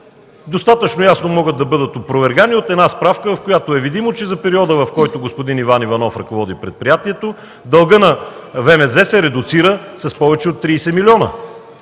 достатъчно ясно могат да бъдат опровергани от една справка, от която е видимо, че за периода, в който господин Иван Иванов ръководи предприятието, дългът на ВМЗ се редуцира с повече от 30 милиона.